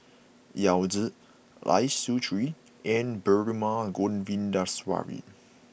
Yao Zi Lai Siu Chiu and Perumal Govindaswamy